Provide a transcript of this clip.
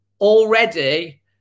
already